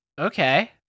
Okay